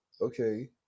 Okay